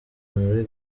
muri